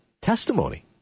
testimony